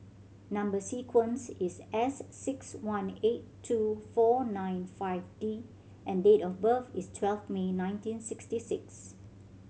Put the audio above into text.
number sequence is S six one eight two four nine five D and date of birth is twelve May nineteen sixty six